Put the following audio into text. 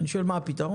אני שואל, מה הפתרון?